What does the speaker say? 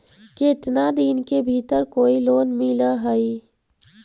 केतना दिन के भीतर कोइ लोन मिल हइ?